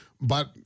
But-